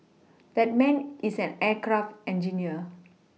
that man is an aircraft engineer